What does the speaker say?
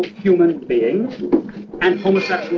human beings and homosexual